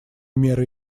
меры